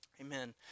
Amen